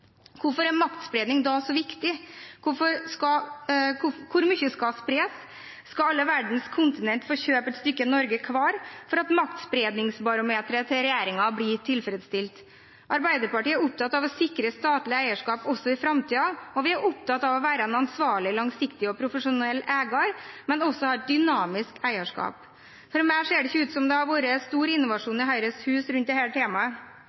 Hvorfor er maktspredning da så viktig? Hvor mye skal spres? Skal alle verdens kontinent få kjøpe et stykke Norge hver for at maktspredningsbarometeret til regjeringen blir tilfredsstilt? Arbeiderpartiet er opptatt av å sikre statlig eierskap også i framtiden, og vi er opptatt av å være en ansvarlig, langsiktig og profesjonell eier, men også å ha et dynamisk eierskap. For meg ser det ikke ut som det har vært stor innovasjon i Høyres Hus rundt dette temaet. Regjeringen kjører tradisjonell Høyre-argumentasjon, og skulle det